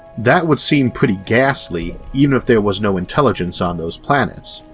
that would seem pretty ghastly even if there was no intelligence on those planets,